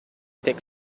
pick